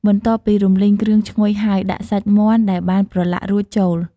បន្ទាប់ពីរំលីងគ្រឿងឈ្ងុយហើយ ដាក់សាច់មាន់ដែលបានប្រឡាក់រួចចូល។